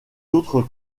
autres